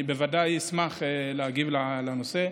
אני בוודאי אשמח להגיב לנושא.